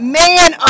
man